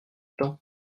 temps